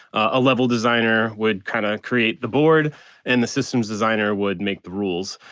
a level designer would kind of create the board and the systems designer would make the rules.